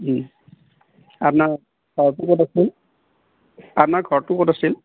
আপোনাৰ ঘৰটো ক'ত আছিল আপোনাৰ ঘৰটো ক'ত আছিল